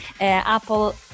Apple